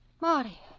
Marty